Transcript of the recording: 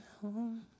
home